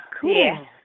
Cool